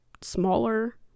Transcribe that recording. smaller